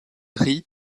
rit